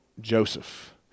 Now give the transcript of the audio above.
Joseph